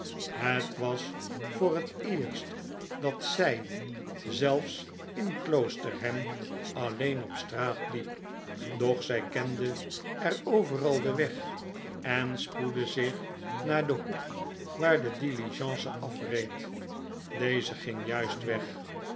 het was voor het eerst dat zij zelfs in kloosterham alleen op straat hep doch zij kende er overal den weg en spoedde zich naar den hoek waar de diligence afreed deze ging juist weg